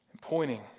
pointing